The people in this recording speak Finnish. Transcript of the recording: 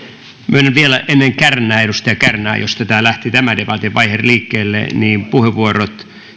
myönnän vielä ennen edustaja kärnää josta lähti tämä debatin vaihe liikkeelle puheenvuorot